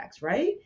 right